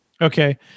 Okay